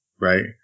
right